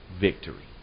victory